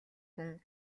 хүн